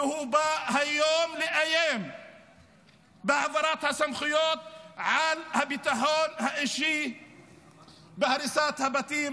ובא היום לאיים בהעברת הסמכויות על הביטחון האישי בהריסת הבתים.